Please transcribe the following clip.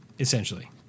essentially